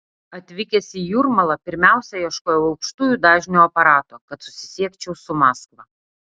atvykęs į jūrmalą pirmiausia ieškojau aukštųjų dažnių aparato kad susisiekčiau su maskva